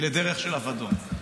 היא דרך של אבדון.